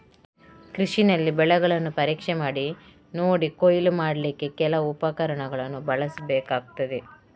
ಕೃಷಿನಲ್ಲಿ ಬೆಳೆಗಳನ್ನ ಪರೀಕ್ಷೆ ಮಾಡಿ ನೋಡಿ ಕೊಯ್ಲು ಮಾಡ್ಲಿಕ್ಕೆ ಕೆಲವು ಉಪಕರಣಗಳನ್ನ ಬಳಸ್ಬೇಕಾಗ್ತದೆ